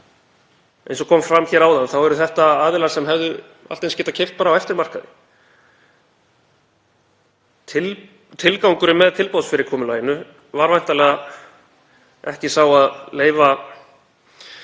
Eins og fram kom áðan þá eru þetta aðilar sem hefðu allt eins getað keypt á eftirmarkaði. Tilgangurinn með tilboðsfyrirkomulaginu var væntanlega ekki sá að leyfa